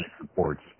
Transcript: supports